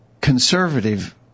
conservative